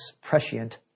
prescient